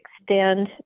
extend